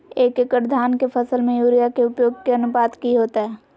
एक एकड़ धान के फसल में यूरिया के उपयोग के अनुपात की होतय?